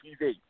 TV